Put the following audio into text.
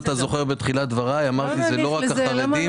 בתחילת דבריי אמרתי שזה לא רק החרדי,